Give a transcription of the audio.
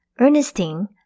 Ernestine